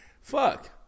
fuck